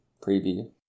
preview